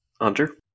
Hunter